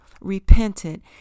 repented